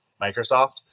Microsoft